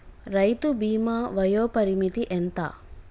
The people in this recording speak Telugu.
రైతు బీమా వయోపరిమితి ఎంత?